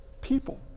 people